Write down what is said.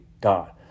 God